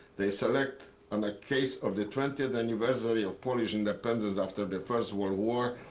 they select on the case of the twentieth anniversary of polish independence after the first world war,